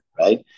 right